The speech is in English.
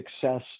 success